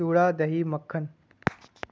چوڑا دہی مکھن